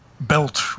belt